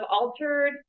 altered